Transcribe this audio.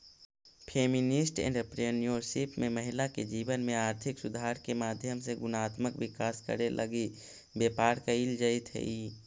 feminist entrepreneurship में महिला के जीवन में आर्थिक सुधार के माध्यम से गुणात्मक विकास करे लगी व्यापार कईल जईत हई